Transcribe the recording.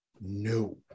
no